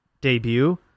debut